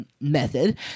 method